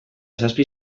zazpi